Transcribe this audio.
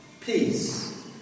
peace